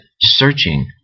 searching